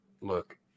Look